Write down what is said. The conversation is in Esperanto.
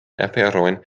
aferojn